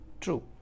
true